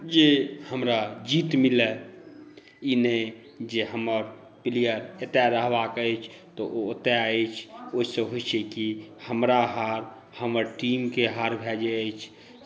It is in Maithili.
जे हमरा जीत मिलए ई नहि जे हमर प्लेअर एतय रहबाके अछि तऽ ओ ओतय अछि ओहिसँ होइत छै कि हमरा हार हमर टीमके हार भै जाइत अछि